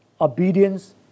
Obedience